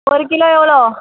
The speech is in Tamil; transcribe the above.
ஒரு கிலோ எவ்வளோ